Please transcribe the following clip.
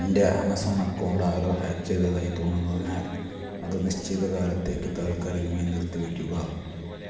എൻ്റെ Amazon account ആരോ hack ചെയ്തതായി തോന്നുന്നതിനാൽ അത് നിശ്ചിതകാലത്തേക്ക് താൽക്കാലികമായി നിർത്തിവയ്ക്കുക